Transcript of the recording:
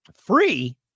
Free